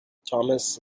thomas